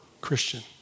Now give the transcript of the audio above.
Christian